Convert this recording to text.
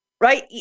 right